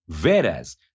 whereas